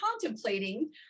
contemplating